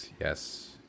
yes